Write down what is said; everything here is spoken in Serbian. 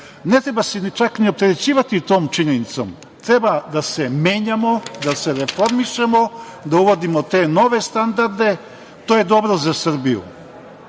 Ne treba se čak ni opterećivati tom činjenicom. Treba da se menjamo, da se reformišemo, da uvodimo te nove standarde. To je dobro za Srbiju. Znate,